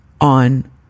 on